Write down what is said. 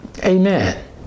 amen